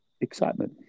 Excitement